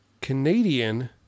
Canadian